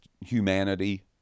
humanity